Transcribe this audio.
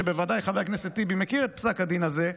חבר הכנסת טיבי בוודאי מכיר את פסק הדין הזה,